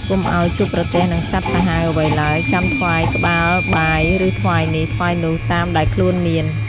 កុំឲ្យជួបប្រទះនឹងសត្វសាហាវអ្វីឡើយ ចាំថ្វាយក្បាលបាយ ឬថ្វាយនេះ ថ្វាយនោះតាមដែលខ្លួនមាន ។